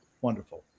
Wonderful